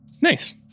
Nice